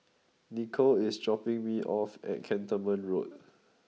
Nikko is dropping me off at Cantonment Road